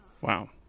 Wow